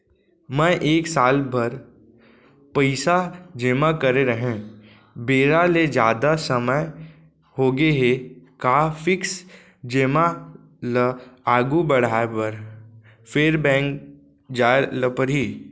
मैं एक साल बर पइसा जेमा करे रहेंव, बेरा ले जादा समय होगे हे का फिक्स जेमा ल आगू बढ़ाये बर फेर बैंक जाय ल परहि?